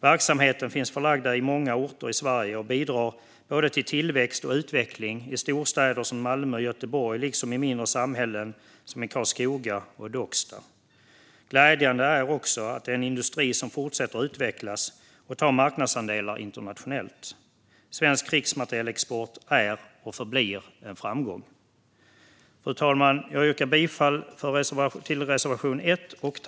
Verksamheterna är förlagda till många orter i Sverige och bidrar till både tillväxt och utveckling i storstäder som Malmö och Göteborg, liksom i mindre samhällen som Karlskoga och Docksta. Glädjande är också att det är en industri som fortsätter att utvecklas och ta marknadsandelar internationellt. Svensk krigsmaterielexport är och förblir en framgång. Fru talman! Jag yrkar bifall till reservation 1.